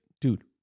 dude